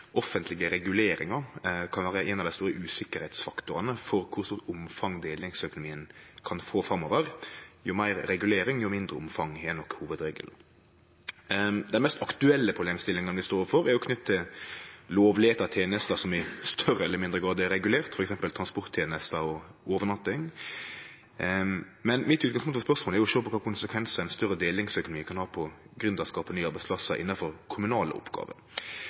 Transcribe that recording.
offentlege reguleringar kan vere ein av dei store usikkerheitsfaktorane for kor stort omfang delingsøkonomien kan få framover – jo meir regulering, jo mindre omfang er nok hovudregelen. Den mest aktuelle problemstillinga vi står overfor, er jo knytt til lovlegheita av tenester som i større eller mindre grad er regulerte, f.eks. transporttenester og overnatting. Men utgangspunktet mitt for spørsmålet er å sjå på kva konsekvensar ein større delingsøkonomi kan ha på gründerskap og nye arbeidsplassar innanfor kommunale oppgåver.